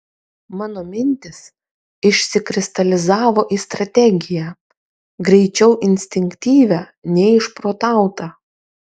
mano mintys išsikristalizavo į strategiją greičiau instinktyvią nei išprotautą